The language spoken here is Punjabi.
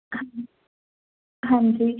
ਹਾਂਜੀ ਹਾਂਜੀ